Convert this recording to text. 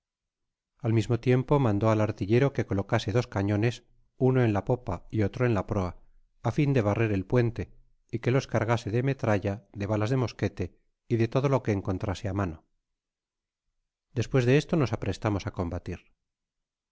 al mismo tiempo mandó al artillero que colocase dos cañones uno en la popa y otro en la proa á fin de barrer el puente y que los cargase de metralla de balas de mosquete y de todo lo que encontrase á mano despues de esto nos aprestamos á combatir